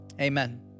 Amen